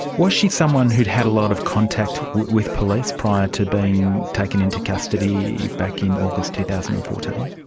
was she someone who had had a lot of contact with police prior to being taken into custody back in august two thousand and fourteen?